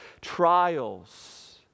trials